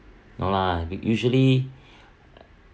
no lah usually